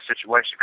situation